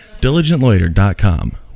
Diligentloiter.com